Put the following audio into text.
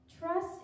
Trust